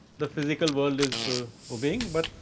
the physical world is the obeying. but,